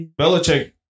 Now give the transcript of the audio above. Belichick